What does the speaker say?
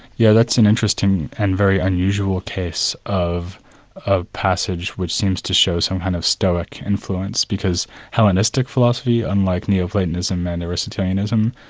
yeah that's an interesting and very unusual case of a passage which seems to show some kind of stoic influence because hellenistic philosophy, unlike neo-platonism, and aristotleanism,